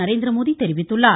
நரேந்திரமோடி தெரிவித்துள்ளார்